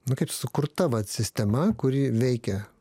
nu kaip sukurta vat sistema kuri veikia